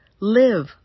live